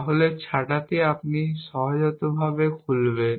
তাহলে ছাতাটি আপনি সহজাতভাবে খুলবেন